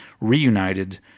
reunited